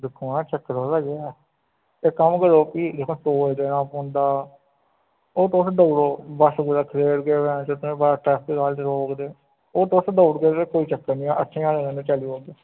दिक्खो हा चक्कर पता केह् ऐ इक कम्म करो फ्ही दिक्खो टोल देना पौंदा ओह् तुस देई ओड़ो बस कुतै खरेड़गे तुसें पता ट्रैफिक आह्ले रोकदे ओह् तुस देई ओड़गे फ्ही कोई चक्कर नी ऐ अट्ठें ज्हारे कन्नै चली पौह्गे